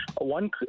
one